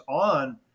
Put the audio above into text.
on